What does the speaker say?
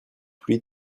pluie